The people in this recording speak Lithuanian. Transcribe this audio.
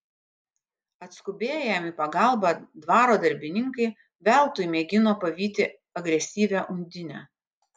atskubėję jam į pagalbą dvaro darbininkai veltui mėgino pavyti agresyvią undinę